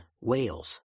Wales